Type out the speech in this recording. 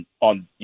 on